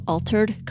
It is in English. Altered